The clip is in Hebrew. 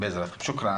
שוקראן.